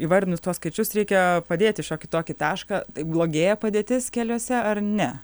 įvardinus tuos skaičius reikia padėti šokį tokį tašką tai blogėja padėtis keliuose ar ne